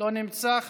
לא נמצא,